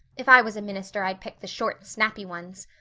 if i was a minister i'd pick the short, snappy ones.